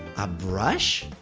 a brush?